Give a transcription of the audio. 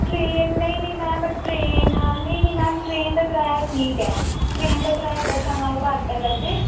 train ਨਹੀਂ ਨਹੀਂ ma'am train ਨਹੀਂ ਨਹੀਂ ਮੈਮ ਟਰੇਨ ਦਾ ਕਿਰਾਇਆ ਠੀਕ ਹੈ ਟਰੇਨ ਦਾ ਕਿਰਾਇਆ ਬੱਸਾਂ ਨਾਲੋਂ ਘੱਟ ਹੈ ਵੈਸੇ